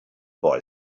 boy